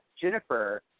Jennifer